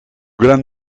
gran